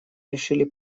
решили